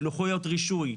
לוחיות רישוי,